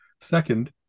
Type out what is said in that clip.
second